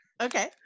Okay